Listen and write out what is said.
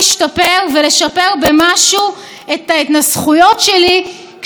כי עדיין במדינה דמוקרטית מותר למתוח ביקורת על הפסיקה.